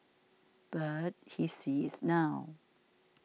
but he sees is now